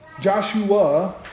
Joshua